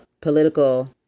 political